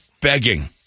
begging